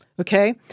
okay